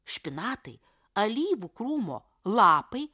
špinatai alyvų krūmo lapai